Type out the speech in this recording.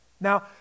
Now